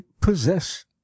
possess